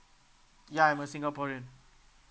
ya I'm a singaporean